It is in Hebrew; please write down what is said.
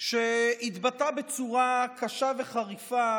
שהתבטא בצורה קשה וחריפה,